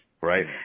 right